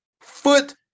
foot